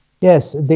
Yes